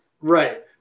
Right